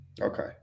Okay